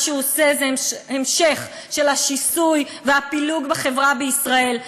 מה שהוא עושה זה המשך של השיסוי והפילוג בחברה בישראל.